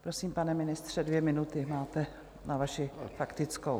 Prosím, pane ministře, dvě minuty máte na vaši faktickou.